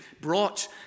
brought